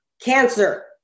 cancer